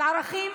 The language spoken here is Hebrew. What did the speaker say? על ערכים,